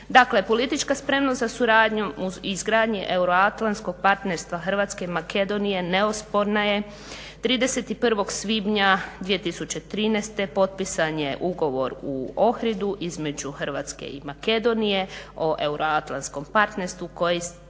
Dakle politička spremnost za suradnju uz izgradnju euroatlantskog partnerstva Hrvatske i Makedonije neosporna je. 31. svibnja 2013. potpisan je ugovor u Ohridu između Hrvatske i Makedonije o euroatlantskom partnerstvu kojim se